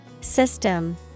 System